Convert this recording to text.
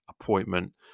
appointment